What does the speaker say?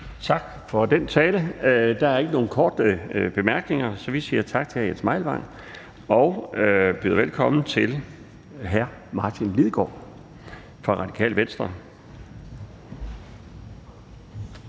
Tak for den tale. Der er ikke nogen korte bemærkninger, så vi siger tak til hr. Jens Meilvang og byder velkommen til hr. Martin Lidegaard fra Radikale Venstre.